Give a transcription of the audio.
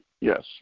Yes